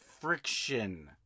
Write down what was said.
friction